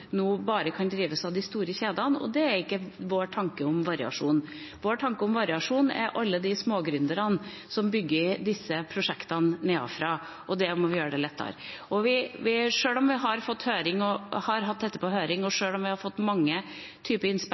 nå bare kan drives av de store kjedene, og det er ikke vår tanke om variasjon. Vår tanke om variasjon er alle de små gründerne som bygger disse prosjektene nedenfra, og der må vi gjøre det lettere. Sjøl om vi har hatt dette på høring, og sjøl om vi har fått mange typer innspill,